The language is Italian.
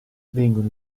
vengono